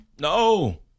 No